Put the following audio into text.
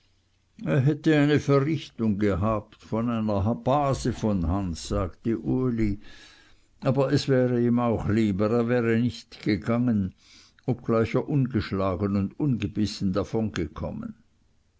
hätte eine verrichtung gehabt von einer base von hans sagte uli aber es wäre ihm auch lieber er wäre nicht gegangen obgleich er ungeschlagen und ungebissen